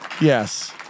yes